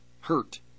hurt